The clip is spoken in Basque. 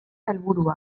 helburua